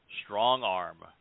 Strong-Arm